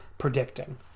predicting